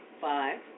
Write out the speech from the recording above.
Five